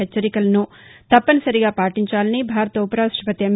హెచ్చరికలను తప్పనిసరిగా పాటించాలని భారత ఉపరాష్టపతి ఎం